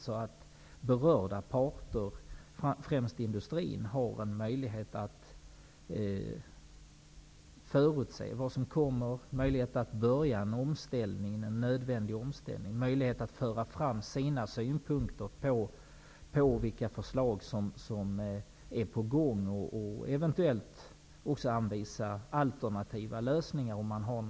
Då får berörda parter, främst industrin, möjlighet att påbörja en nödvändig omställning och kan föra fram synpunkter på förslagen och eventuellt anvisa alternativa bättre lösningar.